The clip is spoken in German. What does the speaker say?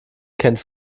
kennt